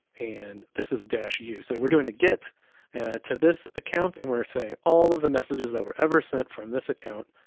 and this is dash u, and we're doing a get to this account, and we're saying all of the messages that were ever sent from this account,